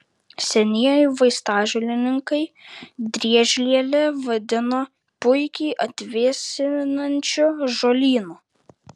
senieji vaistažolininkai driežlielę vadino puikiai atvėsinančiu žolynu